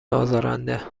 ازارنده